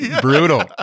Brutal